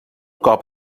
cop